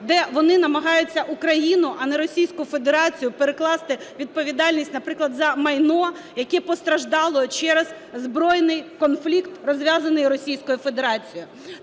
де вони намагаються на Україну, а не на Російську Федерацію перекласти відповідальність, наприклад, за майно, яке постраждало через збройний конфлікт, розв'язаний Російською Федерацією.